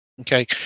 Okay